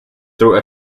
through